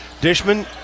Dishman